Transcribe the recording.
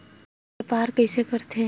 व्यापार कइसे करथे?